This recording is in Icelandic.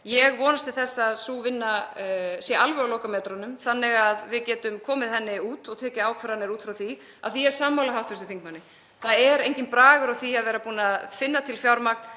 Ég vonast til þess að sú vinna sé alveg á lokametrunum þannig að við getum komið henni út og tekið ákvarðanir út frá því. (Forseti hringir.) Ég er sammála hv. þingmanni, það er enginn bragur á því að vera búin að finna til fjármagn